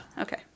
Okay